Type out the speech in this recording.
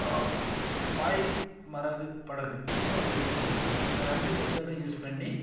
பாய் மரகு படகு என்னு ஒன்று யூஸ் பண்ணுவோம் இந்த ரெண்டு மெத்தெடும் யூஸ் பண்ணி